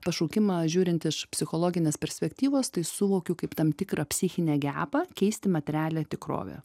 pašaukimą žiūrint iš psichologinės perspektyvos tai suvokiu kaip tam tikrą psichinę gebą keisti materialią tikrovę